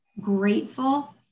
grateful